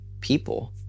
people